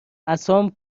عصام